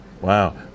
Wow